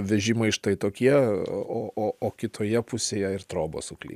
vežimai štai tokie o o o kitoje pusėje ir trobos sukly